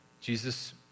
Jesus